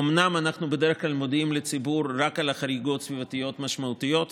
אומנם אנחנו בדרך כלל מודיעים לציבור רק על חריגות סביבתיות משמעותיות,